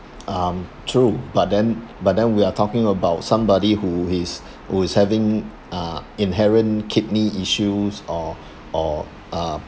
um true but then but then we are talking about somebody who is who is having uh inherent kidney issues or or uh